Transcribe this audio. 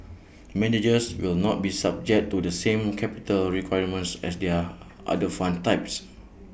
managers will not be subject to the same capital requirements as their other fund types